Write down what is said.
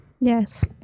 yes